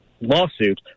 lawsuit